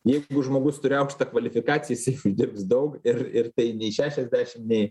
jeigu žmogus turi aukštą kvalifikaciją jis eis dirbs daug ir ir tai nei šešiasdešim nei